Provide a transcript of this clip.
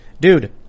Dude